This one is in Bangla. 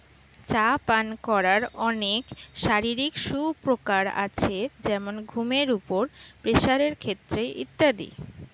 চা পান করার অনেক শারীরিক সুপ্রকার আছে যেমন ঘুমের উপর, প্রেসারের ক্ষেত্রে ইত্যাদি